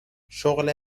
شغل